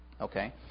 okay